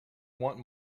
want